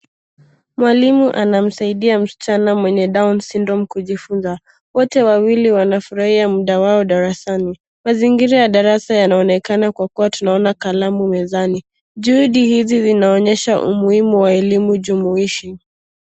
Mwalimu anamsaidia msichana mwenye down syndrome kujifunza. Wote wawili wanafuraia muda wao darasani. Mazingira ya darasa yanayoonekana kwa kuwa tunaona kalamu mezani. Juhudi hizi zinaonyesha umuhimu wa elimu jumuishi.